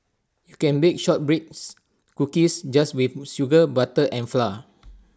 you can bake Shortbread Cookies just with sugar butter and flour